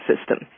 system